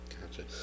Gotcha